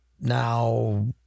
now